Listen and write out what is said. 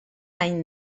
any